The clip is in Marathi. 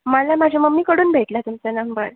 मला माझ्या मम्मीकडून भेटला तुमचा नंबर